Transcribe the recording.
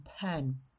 pen